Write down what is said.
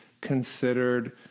considered